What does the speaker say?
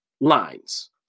lines